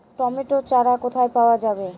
Tomato চারা কোথায় পাওয়া যাবে?